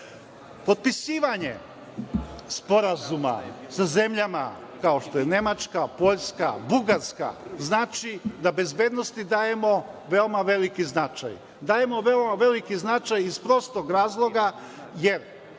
Potpisivanje sporazuma sa zemljama kao što je Nemačka, Poljska, Bugarska, znači, da bezbednosti dajemo veoma veliki značaj. Dajemo veoma veliki značaj iz prostog razloga, jer